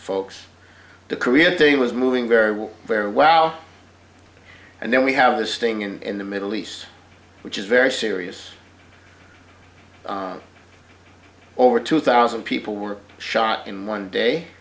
folks the career day was moving very very well and then we have this thing in the middle east which is very serious over two thousand people were shot in one day